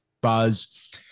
buzz